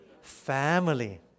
family